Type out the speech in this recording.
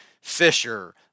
Fisher